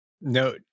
No